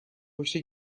پشت